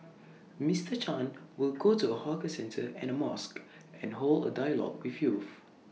Mister chan will go to A hawker centre and A mosque and hold A dialogue with youth